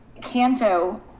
Canto